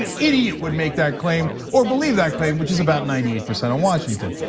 ah idiot would make that claim or believe that claim, which is about ninety eight percent of washington.